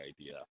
idea